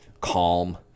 calm